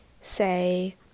say